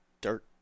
dirt